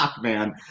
man